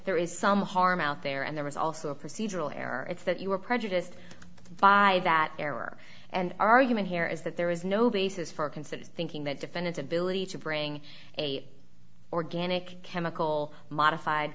there is some harm out there and there was also a procedural error it's that you were prejudiced five that there were and argument here is that there is no basis for consider thinking that defendants ability to bring a organic chemical modified